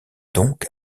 donc